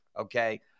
okay